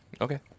Okay